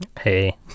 Hey